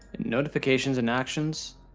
notifications and actions,